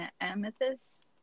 Amethyst